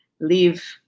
leave